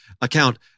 account